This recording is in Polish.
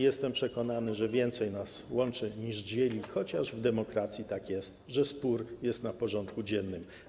Jestem przekonany, że więcej nas łączy niż dzieli, chociaż w demokracji tak jest, że spór jest na porządku dziennym.